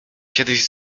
kiedyś